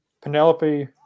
Penelope